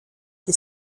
che